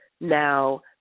Now